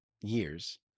years